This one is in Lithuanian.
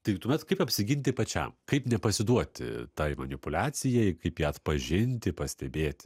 taip tuomet kaip apsiginti pačiam kaip nepasiduoti tai manipuliacijai kaip ją atpažinti pastebėti